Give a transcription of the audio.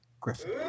Griffin